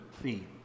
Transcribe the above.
theme